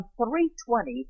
320